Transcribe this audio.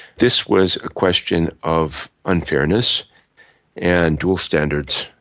this was a question of unfairness and dual standards,